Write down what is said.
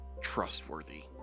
trustworthy